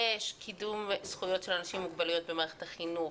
יש ועדה לקידום זכויות של אנשים עם מוגבלויות במערכת החינוך,